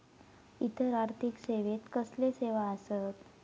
इतर आर्थिक सेवेत कसले सेवा आसत?